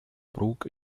brook